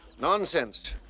nonsense.